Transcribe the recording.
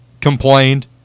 complained